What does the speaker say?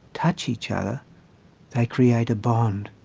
touch each other they create a bond.